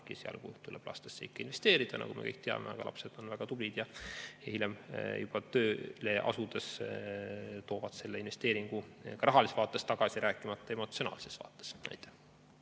sel juhul tuleb lastesse investeerida, nagu me kõik teame, aga lapsed on väga tublid ja hiljem juba ise tööle asudes toovad nad selle investeeringu rahalises vaates tagasi, rääkimata emotsionaalsest vaatest. Aitäh!